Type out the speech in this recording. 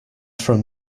from